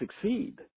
succeed